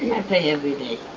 i pay every day.